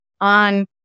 on